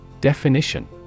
Definition